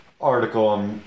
article